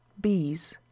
BEES